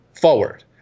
forward